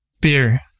Beer